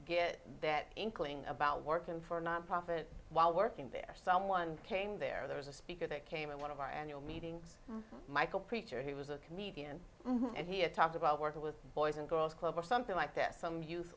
get that inkling about working for a nonprofit while working there someone came there there was a speaker that came in one of our annual meetings michael preacher he was a comedian and he talked about working with boys and girls club or something like this from youth